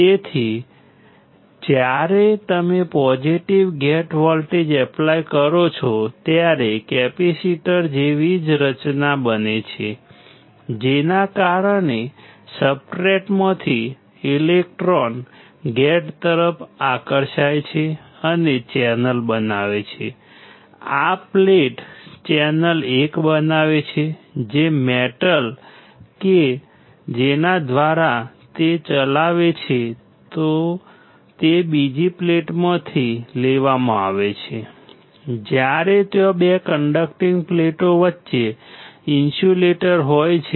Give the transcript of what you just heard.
તેથી જ્યારે તમે પોઝિટિવ ગેટ વોલ્ટેજ એપ્લાય કરો છો ત્યારે કેપેસિટર જેવી જ રચના બને છે જેના કારણે સબસ્ટ્રેટમાંથી ઇલેક્ટ્રોન ગેટ તરફ આકર્ષાય છે અને ચેનલ બનાવે છે આ પ્લેટ ચેનલ 1 બનાવે છે જે મેટલ કે જેના દ્વારા તે ચલાવે છે તે બીજી પ્લેટમાંથી લેવામાં આવે છે જ્યારે ત્યાં 2 કંડક્ટિંગ પ્લેટો વચ્ચે ઇન્સ્યુલેટર હોય છે